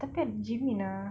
tapi ada jimin ah